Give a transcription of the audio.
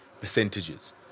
percentages